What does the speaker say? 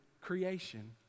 creation